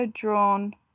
drawn